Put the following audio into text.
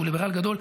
והוא ליברל גדול,